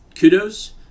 kudos